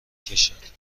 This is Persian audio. کشد